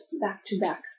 back-to-back